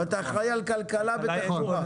אבל אתה אחראי על כלכלה ותחבורה.